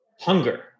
hunger